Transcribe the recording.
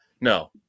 No